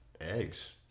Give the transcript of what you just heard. eggs